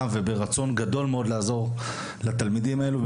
וברצון גדול מאוד לעזור לתלמידים האלו.